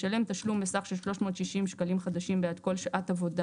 ישלם תשלום בסך של 360 שקלים חדשים בעד כל שעת עבודה